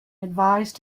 advised